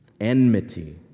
enmity